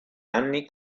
anni